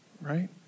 right